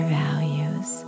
values